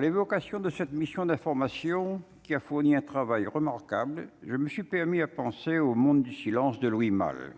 L'évocation de cette mission d'information qui a fourni un travail remarquable, je me suis permis à penser au monde du silence, de Louis Malle